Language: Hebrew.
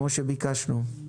כפי שביקשנו?